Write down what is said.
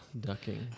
Ducking